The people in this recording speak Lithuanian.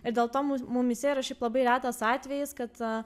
ir dėl to mum mumyse yra šiaip labai retas atvejis kad